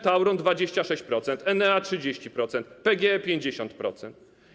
Tauron - 26%, Enea - 30%, PGE - 50%.